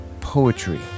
poetry